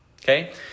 Okay